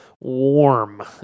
warm